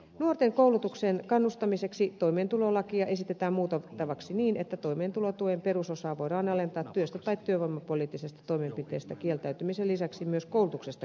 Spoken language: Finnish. nuorten koulutuksen kannustamiseksi toimeentulolakia esitetään muutettavaksi niin että toimeentulotuen perusosaa voidaan alentaa työstä tai työvoimapoliittisista toimenpiteistä kieltäytymisen lisäksi myös koulutuksesta kieltäytymisen perusteella